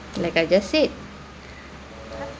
like I just said